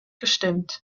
gestimmt